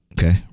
Okay